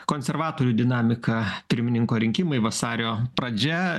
konservatorių dinamika pirmininko rinkimai vasario pradžia